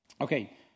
Okay